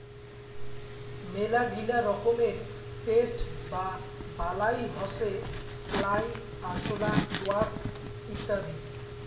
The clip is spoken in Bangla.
মেলাগিলা রকমের পেস্ট বা বালাই হসে ফ্লাই, আরশোলা, ওয়াস্প ইত্যাদি